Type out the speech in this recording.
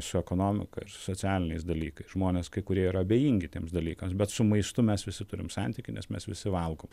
su ekonomika ir su socialiniais dalykais žmonės kai kurie yra abejingi tiems dalykams bet su maistu mes visi turim santykį nes mes visi valgom